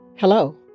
Hello